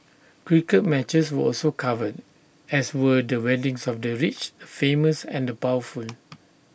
cricket matches were also covered as were the weddings of the rich the famous and the powerful